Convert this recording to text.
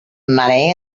money